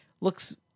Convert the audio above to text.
Looks